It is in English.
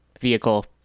vehicle